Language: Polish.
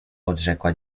odrzekła